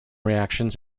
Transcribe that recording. reactions